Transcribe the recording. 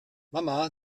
mama